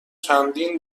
چندین